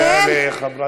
תודה לחברת הכנסת,